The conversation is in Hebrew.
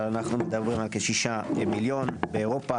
אנחנו מדברים על כ-6 מיליון באירופה.